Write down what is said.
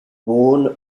born